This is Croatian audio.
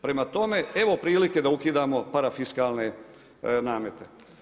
Prema tome, evo prilike da ukidamo parafiskalne namete.